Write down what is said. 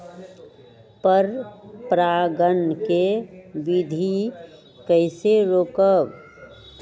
पर परागण केबिधी कईसे रोकब?